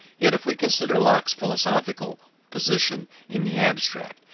yet if we consider locke's philosophical position in the abstract,